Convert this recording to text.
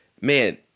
man